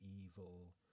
evil